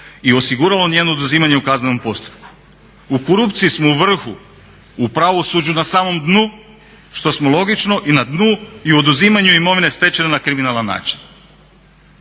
i osiguralo njeno oduzimanje u kaznenom postupku. U korupciji smo u vrhu, u pravosuđu na samom dnu što smo logično i na dnu i oduzimanju imovine stečene na kriminalan način.